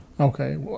Okay